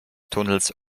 tunnels